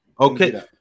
okay